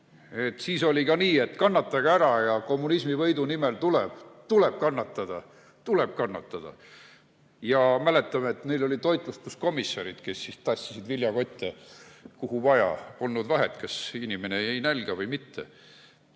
Siis oli ka nii, et kannatage ära, kommunismi võidu nimel tuleb kannatada. Tuleb kannatada! Mäletame, et neil olid toitlustuskomissarid, kes tassisid viljakotte, kuhu vaja. Polnud vahet, kas inimene jäi nälga või mitte.